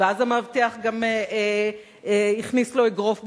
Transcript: ואז המאבטח גם הכניס לו אגרוף בפנים,